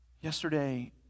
Yesterday